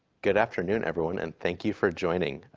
good afternoon, everyone, and thank you for joining.